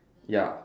ya